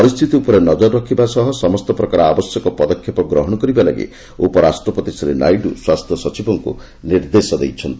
ପରିସ୍ଥିତି ଉପରେ ନଜର ରଖିବା ସହ ସମସ୍ତ ପ୍ରକାର ଆବଶ୍ୟକ ପଦକ୍ଷେପ ଗ୍ରହଣ କରିବା ଲାଗି ଉପରାଷ୍ଟ୍ରପତି ଶ୍ରୀ ନାଇଡୁ ସ୍ୱାସ୍ଥ୍ୟ ସଚିବଙ୍କୁ ନିର୍ଦ୍ଦେଶ ଦେଇଛନ୍ତି